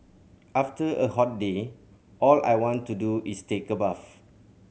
after a hot day all I want to do is take a bath